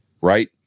right